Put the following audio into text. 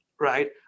right